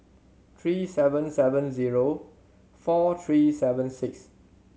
three seven seven zero four three seven six